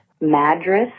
Madras